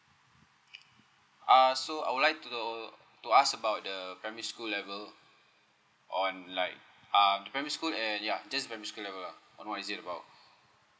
uh so I would like to to ask about the primary school level on like uh the primary school and ya just the primary school level lah on what is it about